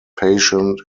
patient